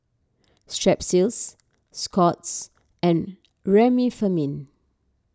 Strepsils Scott's and Remifemin